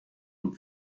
und